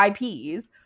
IPs